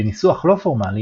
בניסוח לא פורמלי,